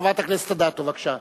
חברת הכנסת אדטו, בבקשה.